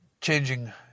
changing